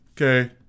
Okay